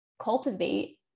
cultivate